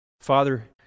Father